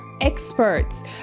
experts